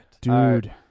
Dude